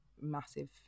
massive